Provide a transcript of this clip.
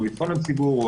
או ביטחון הציבור,